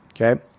okay